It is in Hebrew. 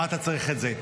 מה אתה צריך את זה?